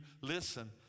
listen